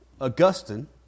Augustine